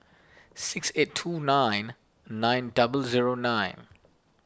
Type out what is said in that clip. six eight two nine nine double zero nine